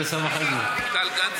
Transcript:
מכיר את,